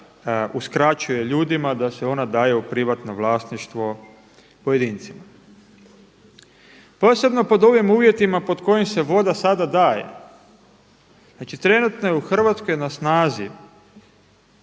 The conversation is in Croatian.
voda uskraćuje ljudima, da se ona daje u privatno vlasništvo pojedincima. Posebno pod ovim uvjetima pod kojim se voda sada daje. Znači trenutno je u Hrvatskoj na snazi